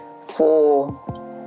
four